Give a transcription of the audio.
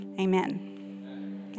Amen